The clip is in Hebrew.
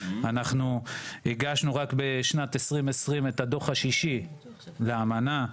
אנחנו הגשנו רק בשנת 2020 את הדוח השישי לאמנה,